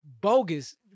bogus